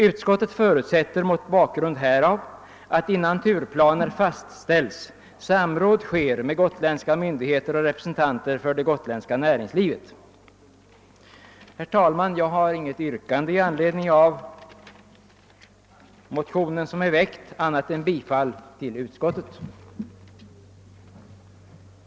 Utskottet förutsätter mot bakgrund härav att innan turplaner fastställs samråd sker med gotländska myndigheter och representanter för det gotländska näringslivet.» Herr talman! Med anledning av den motion som är väckt har jag inte något annat yrkande än om bifall till utskottets förslag.